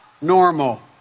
normal